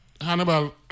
Hannibal